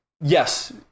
yes